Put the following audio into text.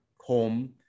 home